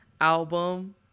album